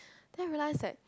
than I realise that